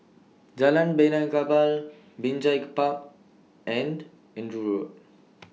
Jalan Benaan Kapal Binjai Park and Andrew Road